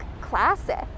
classic